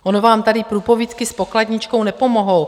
Ono vám tady průpovídky s pokladničkou nepomohou.